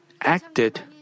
acted